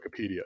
Wikipedia